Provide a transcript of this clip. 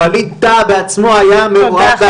ווליד טאהא היה מעורב --- הדבר הזה.